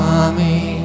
Mommy